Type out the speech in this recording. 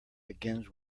begins